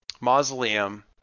mausoleum